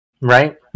Right